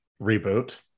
reboot